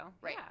Right